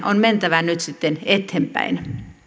on mentävä nyt sitten eteenpäin